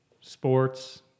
Sports